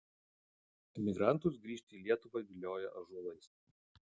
emigrantus grįžti į lietuvą vilioja ąžuolais